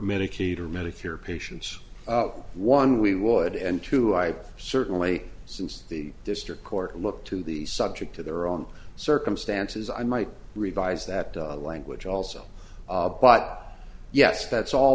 medicaid or medicare patients one we would and two i certainly since the district court look to the subject to their own circumstances i might revise that language also yes that's all